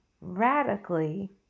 radically